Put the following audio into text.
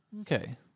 Okay